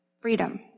Freedom